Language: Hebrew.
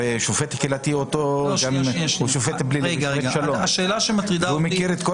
הרי שופט קהילתי הוא אותו שופט בבית משפט שלום והוא מכיר את כל